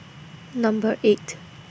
Number eight